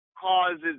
causes